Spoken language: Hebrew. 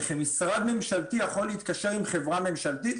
שכמשרד ממשלתי יכול להתקשר עם חברה ממשלתית.